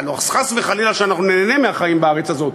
חס וחלילה שניהנה מהחיים בארץ הזאת,